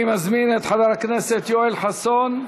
אני מזמין את חבר הכנסת יואל חסון,